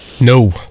no